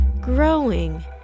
growing